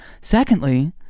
Secondly